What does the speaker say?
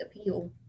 appeal